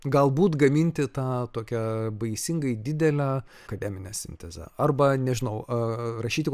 galbūt gaminti tą tokią baisingai didelę akademinę sintezę arba nežinau ar rašyti